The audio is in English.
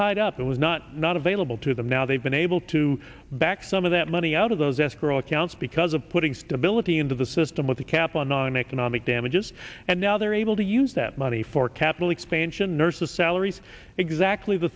tied up that was not not available to them now they've been able to back some of that money out of those escrow accounts because of putting stability into the system with a cap on noneconomic damages and now they're able to use that money for capital expansion nurses salaries exactly the